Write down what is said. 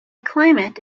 climate